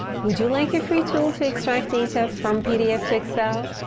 would you like a free tool to extract data from pdf to excel?